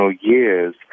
years